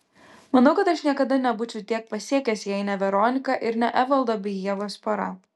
manau kad aš niekada nebūčiau tiek pasiekęs jei ne veronika ir ne evaldo bei ievos pora